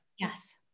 Yes